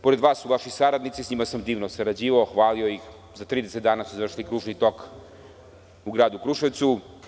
Pored vas su vaši saradnici, s njima sam divno sarađivao, hvalio ih, za 30 dana su završili kružni tok u Gradu Kruševcu.